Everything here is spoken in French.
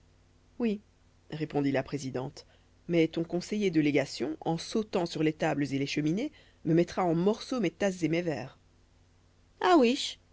oui répondit la présidente mais ton conseiller de légation en sautant sur les tables et les cheminées me mettra en morceaux mes tasses et mes verres ah ouiche